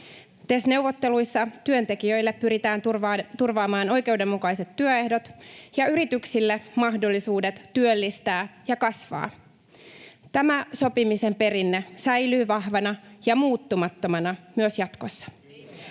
TES-neuvotteluissa työntekijöille pyritään turvaamaan oikeudenmukaiset työehdot ja yrityksille mahdollisuudet työllistää ja kasvaa. Tämä sopimisen perinne säilyy vahvana ja muuttumattomana myös jatkossa.